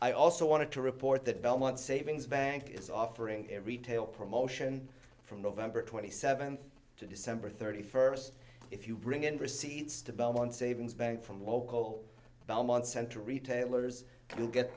i also want to report that belmont savings bank is offering a retail promotion from november twenty seventh to december thirty first if you bring in receipts to belmont savings bank from the local belmont center retailers will get